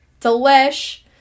Delish